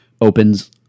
opens